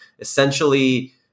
essentially